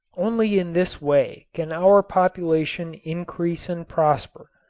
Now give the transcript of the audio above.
only in this way can our population increase and prosper.